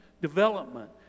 development